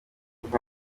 inka